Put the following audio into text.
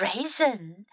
Raisin